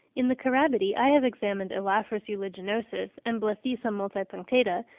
in the carabidae i have examined elaphrus uliginosus and blethisa multipunctata,